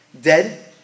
Dead